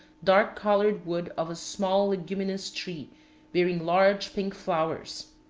dark-colored wood of a small leguminous tree bearing large pink flowers.